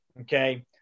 Okay